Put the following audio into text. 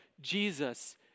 Jesus